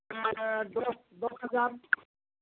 দশ দশ হাজার